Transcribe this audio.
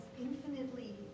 infinitely